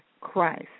Christ